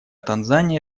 танзания